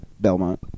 Belmont